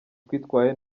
twitwaye